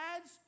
adds